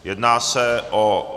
Jedná se o